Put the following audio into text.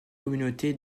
communauté